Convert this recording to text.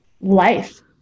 life